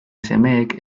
semeek